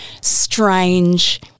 strange